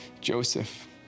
Joseph